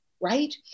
right